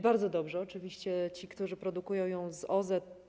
Bardzo dobrze, że są oczywiście ci, którzy produkują ją w OZE.